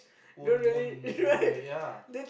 won't won't do it ya